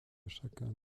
chacun